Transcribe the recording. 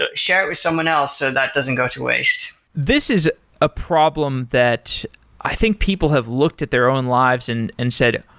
ah share it with someone else so that doesn't go to waste this is a problem that i think people have looked at their own lives and and said,